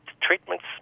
Treatments